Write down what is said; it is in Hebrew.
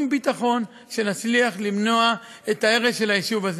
ביטחון שנצליח למנוע את הרס היישוב הזה.